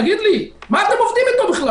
תגיד לי, מה אתם בכלל עובדים אתו?